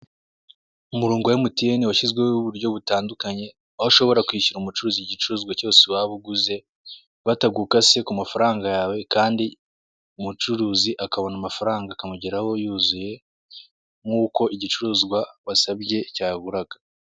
Umurongo wa MTN washyizweho uburyo butandukanye aho ushobora kwishyura umucuruzi igicuruzwa cyose waba uguze batagukase kumafaranga yawe kandi umucuruzi akabona amafaranga akamugeraho yuzuye nk'uko igicuruzwa wasabye cyaguraga.